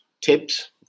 tips